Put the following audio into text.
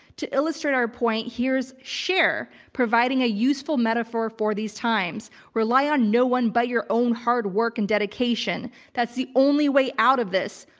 to illustrate our point, here's cher providing a useful metaphor for these times. rely on no one but your own hard work and dedication. that's the only way out of this.